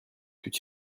tout